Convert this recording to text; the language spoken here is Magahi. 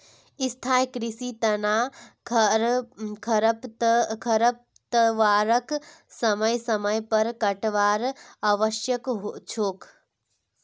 स्थाई कृषिर तना खरपतवारक समय समय पर काटवार आवश्यक छोक